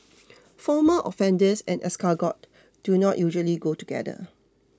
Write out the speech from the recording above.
former offenders and escargot do not usually go together